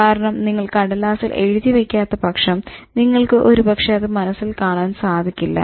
കാരണം നിങ്ങൾ കടലാസ്സിൽ എഴുതി വയ്ക്കാത്ത പക്ഷം നിങ്ങൾക്ക് ഒരുപക്ഷെ അത് മനസ്സിൽ കാണാൻ സാധിക്കില്ല